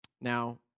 Now